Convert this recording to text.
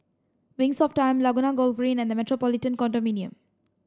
wings of Time Laguna Golf Green and the Metropolitan Condominium